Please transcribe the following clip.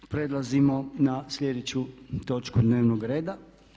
Prelazimo na sljedeću točku dnevnog reda.